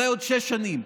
אולי עוד שש שנים,